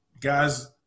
guys